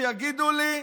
שיגידו לי,